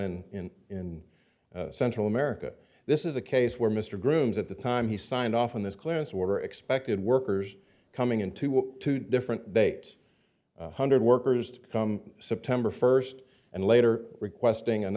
down and in in central america this is a case where mr grooms at the time he signed off on this class were expected workers coming into a different date hundred workers to come september first and later requesting and